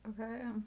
Okay